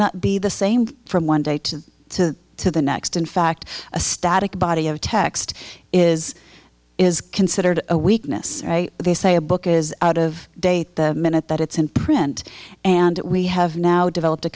not be the same from one day to to to the next in fact a static body of text is is considered a weakness they say a book is out of date the minute that it's in print and we have now developed a